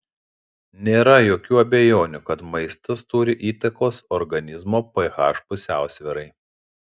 nėra jokių abejonių kad maistas turi įtakos organizmo ph pusiausvyrai